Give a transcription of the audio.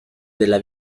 della